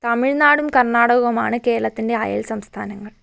തമിഴ്നാടും കർണ്ണാടകവുമാണ് കേരളത്തിൻ്റെ അയൽ സംസ്ഥാനങ്ങൾ